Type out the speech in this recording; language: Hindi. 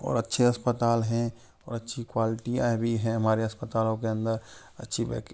और अच्छे अस्पताल हैं और अच्छी क्वालिटियाँ भी है हमारे अस्पतालों के अंदर अच्छी